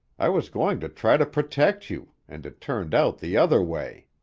i was going to try to protect you, and it turned out the other way!